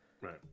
Right